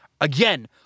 again